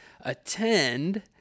attend